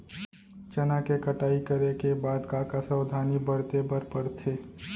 चना के कटाई करे के बाद का का सावधानी बरते बर परथे?